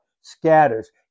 scatters